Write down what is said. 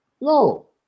No